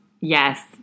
Yes